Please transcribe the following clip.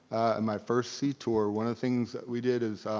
and my first sea tour, one of the things that we did is